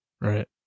Right